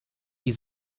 die